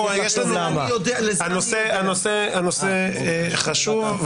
הנושא חשוב,